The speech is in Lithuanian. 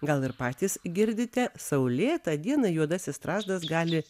gal ir patys girdite saulėtą dieną juodasis strazdas gali